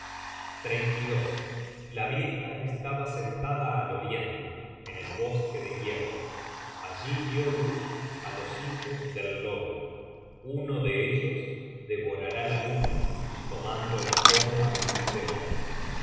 sí la vieja estaba sentada al oriente en el bosque de hierro allí dió á luz á los hijos del lobo uno de ellos devorará la luna tomando la forma de un demonio